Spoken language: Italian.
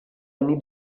anni